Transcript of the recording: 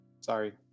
Sorry